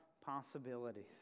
possibilities